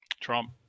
Trump